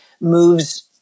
moves